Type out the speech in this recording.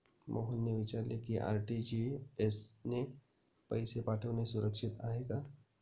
मोहनने विचारले की आर.टी.जी.एस ने पैसे पाठवणे सुरक्षित आहे का?